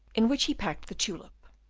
in which he packed the tulip.